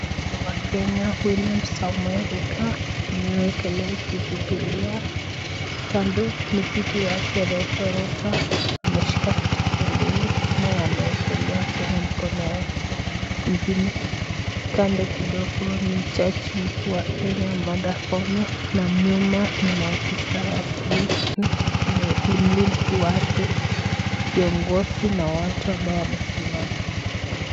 Rais wa Kenya, William Samoei Ruto, amewekelea juu bibilia. Kando ni bibi wake, Rachel Ruto, ameshika vitabu mbili naye anaekelea tena mkono yake ingine. Kando kidogo ni jaji mkuu wa Kenya, Martha Koome na nyuma ni maafisa wa polisi ni mlinzi wake, viongozi na watu ambao wamesimama.